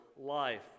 life